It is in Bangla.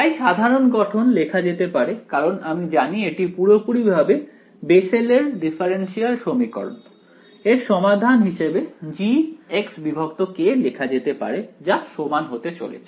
তাই সাধারণ গঠন লেখা যেতে পারে কারণ আমি জানি এটি পুরোপুরি ভাবে বেসেলের ডিফারেন্সিয়াল সমীকরণ এর সমাধান হিসেবে G লেখা যেতে পারে যা সমান হতে চলেছে